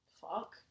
fuck